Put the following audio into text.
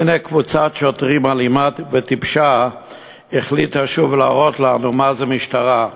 והנה קבוצת שוטרים אלימה וטיפשה החליטה שוב להראות לנו מה זה משטרה.